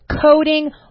coding